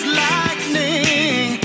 lightning